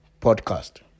podcast